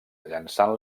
llançant